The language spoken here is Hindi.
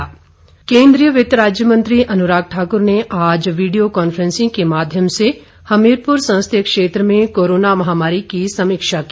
अनुराग केंद्रीय वित्त राज्य मंत्री अनुराग ठाकुर ने आज वीडियो कॉफ्रेंसिंग के माध्यम से हमीरपुर संसदीय क्षेत्र में कोरोना महामारी की समीक्षा की